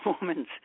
woman's